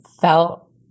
felt